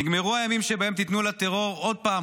נגמרו הימים שבהם תיתנו לטרור עוד פעם